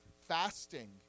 fasting